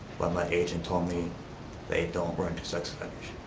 but my agent told me they don't rent to sex offenders.